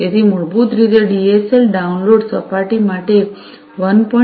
તેથી મૂળભૂત DSL download સપાટી માટે 1